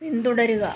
പിന്തുടരുക